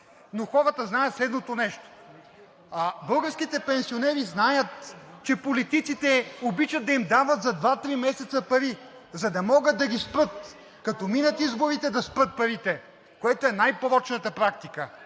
Но хората знаят следното нещо: българските пенсионери знаят, че политиците обичат да им дават за два-три месеца пари, за да могат да ги спрат. Като минат изборите, да спрат парите, което е най-порочната практика.